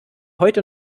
heute